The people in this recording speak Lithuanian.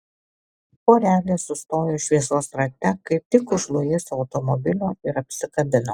porelė sustojo šviesos rate kaip tik už luiso automobilio ir apsikabino